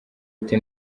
ati